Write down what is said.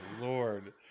Lord